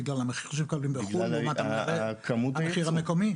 בגלל המחיר שמקבלים בחו"ל לעומת המחיר המקומי?